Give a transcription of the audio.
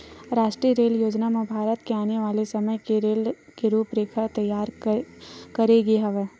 रास्टीय रेल योजना म भारत के आने वाले समे के रेल के रूपरेखा तइयार करे गे हवय